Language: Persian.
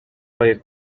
های